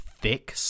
thick